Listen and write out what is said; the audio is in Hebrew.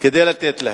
כדי לתת להם.